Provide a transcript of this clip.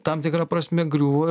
tam tikra prasme griūva